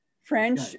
French